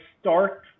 start